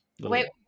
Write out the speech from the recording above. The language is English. Wait